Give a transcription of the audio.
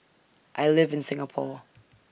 I live in Singapore